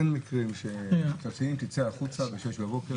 אין מקרים שמצלצלים ואומרים לו צא החוצה ב-06:00 בבוקר.